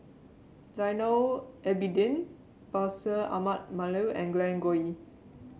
Zainal Abidin Bashir Ahmad Mallal and Glen Goei